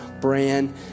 brand